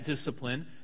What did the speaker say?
discipline